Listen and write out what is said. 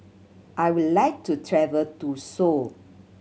I would like to travel to Seoul